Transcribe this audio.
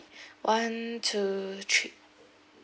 one two three